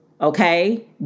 Okay